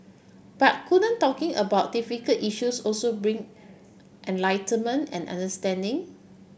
but couldn't talking about difficult issues also bring enlightenment and understanding